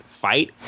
Fight